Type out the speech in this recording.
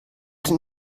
den